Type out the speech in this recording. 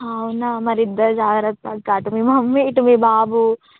అవునా మరి ఇద్దరు జాగ్రత్త అటు మీ మమ్మీ ఇటు మీ బాబు